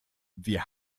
wir